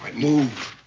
but move!